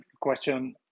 question